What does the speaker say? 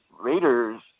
Raiders